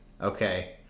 Okay